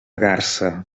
garsa